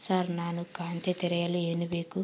Sir ನಾನು ಖಾತೆ ತೆರೆಯಲು ಏನು ಬೇಕು?